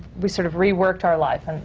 we sort of re-worked our life.